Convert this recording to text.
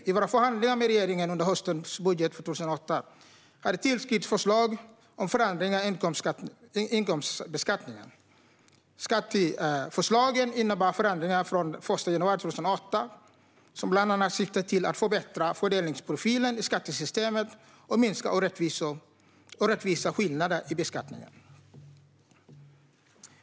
I våra förhandlingar med regeringen under hösten om budgeten för 2018 har det tillstyrkts förslag om förändringar av inkomstbeskattningen. Skatteförslagen innebär förändringar från den 1 januari 2018 som bland annat syftar till att förbättra fördelningsprofilen i skattesystemet och minska orättvisa skillnader i beskattningen.